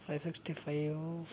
five sixty five